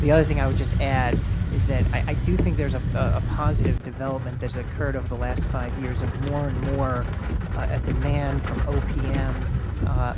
the other thing i would just add is that i do think there is ah a positive development that has occurred over the last five years of more and more a demand from opm